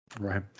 Right